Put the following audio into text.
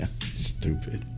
Stupid